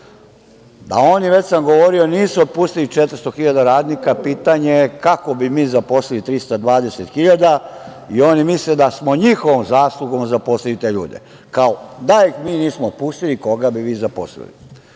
Da oni, već sam govorio, nisu otpustili 400 hiljada radnika, pitanje je kako bi mi zaposlili 320 hiljada. Oni misle da smo njihovom zaslugom zaposlili te ljude. Kao, da ih mi nismo otpustili, koga bi vi zaposlili. Takođe,